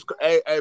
hey